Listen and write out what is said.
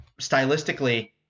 stylistically